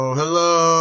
hello